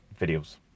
videos